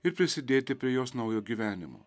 ir prisidėti prie jos naujo gyvenimo